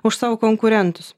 už savo konkurentus